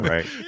Right